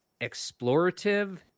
explorative